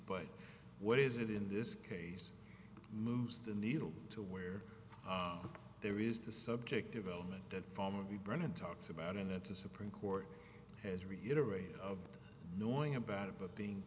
but what is it in this case moves the needle to where there is the subject of element that form of the brennan talks about and at the supreme court has reiterated of knowing about it but being